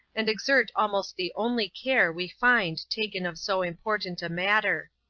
and exert almost the only care we find taken of so important a matter.